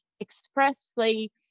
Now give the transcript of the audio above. expressly